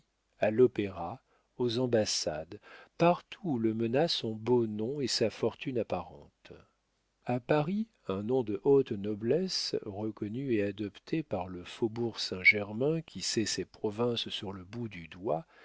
à l'opéra aux ambassades partout où le mena son beau nom et sa fortune apparente a paris un nom de haute noblesse reconnu et adopté par le faubourg saint-germain qui sait ses provinces sur le bout du doigt